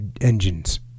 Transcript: engines